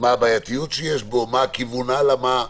מה הבעייתיות שיש בו, מה הכיוון הלאה,